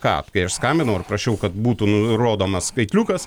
ką kai aš skambinau ir prašiau kad būtų nurodomas skaitliukas